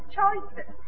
choices